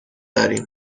داریم